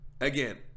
again